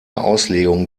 auslegung